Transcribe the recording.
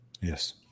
yes